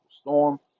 storm